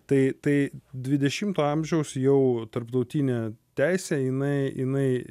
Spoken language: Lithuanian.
tai tai dvidešimto amžiaus jau tarptautinė teisė jinai jinai